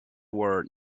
war